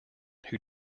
who